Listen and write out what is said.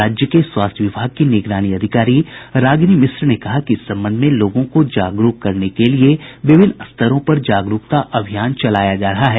राज्य के स्वास्थ्य विभाग की निगरानी अधिकारी रागिनी मिश्रा ने कहा है कि इस संबंध में लोगों को जागरूक करने के लिए विभिन्न स्तरों पर जागरूकता अभियान चलाया जा रहा है